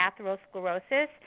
atherosclerosis